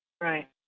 Right